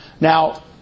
Now